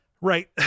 Right